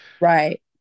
Right